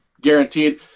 guaranteed